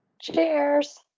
Cheers